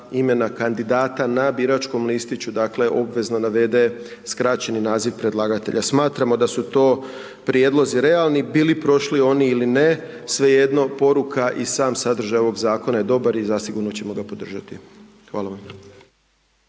imena kandidata na biračkom listiću, dakle, obvezno navede skraćeni naziv predlagatelja. Smatramo da su to prijedlozi realni, bili prošli oni ili ne, svejedno, poruka i sam sadržaj ovog Zakona je dobar i zasigurno ćemo ga podržati. Hvala vam.